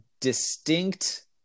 distinct